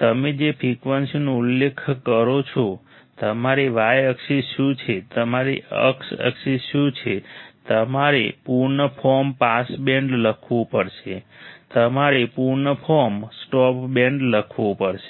તમે જે ફ્રિકવન્સીનો ઉલ્લેખ કરો છો તમારો y એક્સિસ શું છે તમારી x એક્સિસ શું છે તમારે પૂર્ણ ફોર્મ પાસ બેન્ડ લખવું પડશે તમારે પૂર્ણ ફોર્મ સ્ટોપ બેન્ડ લખવું પડશે